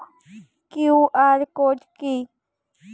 QR code কি?